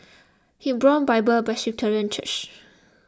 Hebron Bible Presbyterian Church